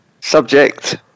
Subject